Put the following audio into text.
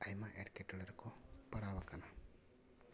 ᱟᱭᱢᱟ ᱮᱴᱠᱮᱴᱚᱬᱮ ᱨᱮᱠᱚ ᱯᱟᱲᱟᱣ ᱟᱠᱟᱱᱟ